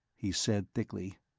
he said, thickly,